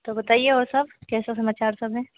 तो बताइए और सब कैसे समाचार सब हैं